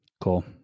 Cool